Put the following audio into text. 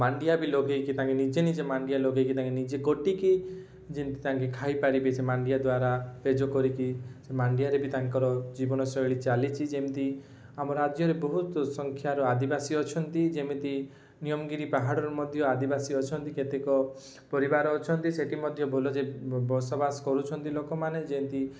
ମାଣ୍ଡିଆ ବି ଲଗାଇକି ତାଙ୍କେ ନିଜେ ନିଜେ ମାଣ୍ଡିଆ ଲଗାଇକି ତାଙ୍କେ ନିଜେ କୋଟିକି ଯେମିତି ତାଙ୍କେ ଖାଇପାରିବେ ସେ ମାଣ୍ଡିଆ ଦ୍ୱାରା ପେଜ କରିକି ସେ ମାଣ୍ଡିଆରେ ବି ତାଙ୍କର ଜୀବନଶୈଳୀ ଚାଲିଛି ଯେମିତି ଆମ ରାଜ୍ୟରେ ବହୁତ ସଂଖ୍ୟାର ଆଦିବାସୀ ଅଛନ୍ତି ଯେମିତି ନିୟମଗିରି ପାହାଡ଼ରେ ମଧ୍ୟ ଆଦିବାସୀ ଅଛନ୍ତି କେତେକ ପରିବାର ଅଛନ୍ତି ସେଠି ମଧ୍ୟ ଭଲ ଯେ ବସ ବାସ କରୁଛନ୍ତି ଲୋକମାନେ ଯେମିତି